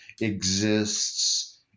exists